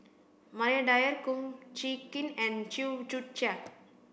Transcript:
Maria Dyer Kum Chee Kin and Chew Joo Chiat